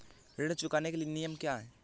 ऋण चुकाने के नियम क्या हैं?